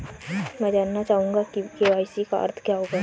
मैं जानना चाहूंगा कि के.वाई.सी का अर्थ क्या है?